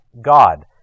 God